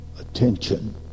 attention